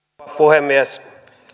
puhemies